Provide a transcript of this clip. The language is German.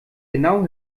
genau